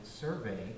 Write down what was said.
survey